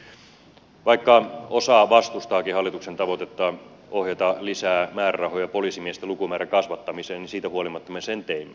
eli vaikka osa vastustaakin hallituksen tavoitetta ohjata lisää määrärahoja poliisimiesten lukumäärän kasvattamiseen niin siitä huolimatta me sen teimme